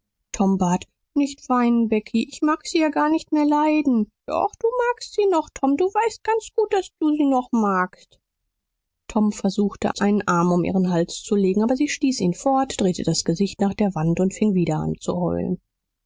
tom bat nicht weinen becky ich mag sie ja gar nicht mehr leiden doch du magst sie noch tom du weißt ganz gut daß du sie noch magst tom versuchte seinen arm um ihren hals zu legen aber sie stieß ihn fort drehte das gesicht nach der wand und fing wieder an zu heulen